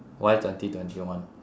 why twenty twenty one